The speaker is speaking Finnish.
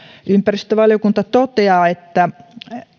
ympäristövaliokunta toteaa että